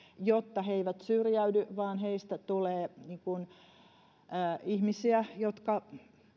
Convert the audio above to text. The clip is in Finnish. jotta he eivät syrjäydy vaan heistä tulee ihmisiä jotka